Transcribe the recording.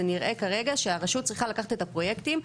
זה נראה כרגע שהרשות צריכה לקחת את הפרויקטים,